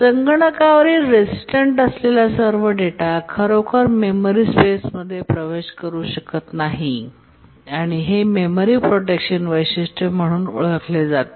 संगणकावरील रेसिडेंट असलेला सर्व डेटा खरोखर मेमरी स्पेसमध्ये प्रवेश करू शकत नाही आणि हे मेमरी प्रोटेक्शन वैशिष्ट्य म्हणून ओळखले जाते